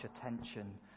attention